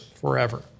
forever